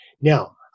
Now